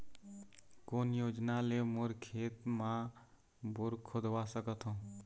कोन योजना ले मोर खेत मा बोर खुदवा सकथों?